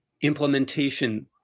implementation